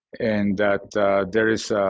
and that there is